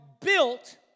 built